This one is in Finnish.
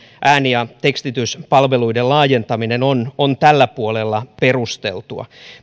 ääni ja tekstityspalveluiden laajentaminen on on tällä puolella perusteltua